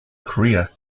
career